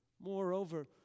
Moreover